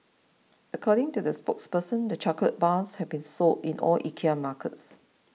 according to the spokesperson the chocolate bars have been sold in all IKEA markets